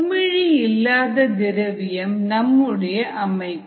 குமிழி இல்லாத திரவியம் நம்முடைய அமைப்பு